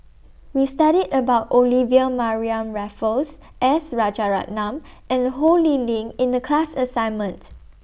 We study about Olivia Mariamne Raffles S Rajaratnam and Ho Lee Ling in The class assignment